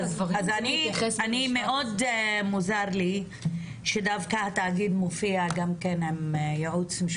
מאוד מוזר לי שדווקא התאגיד מופיע גם כן עם ייעוץ משפטי חיצוני.